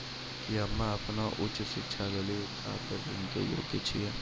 कि हम्मे अपनो उच्च शिक्षा लेली छात्र ऋणो के योग्य छियै?